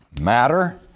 matter